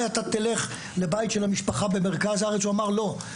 תלך לבית משפחה במרכז הארז?״ והוא אמר: ״לא,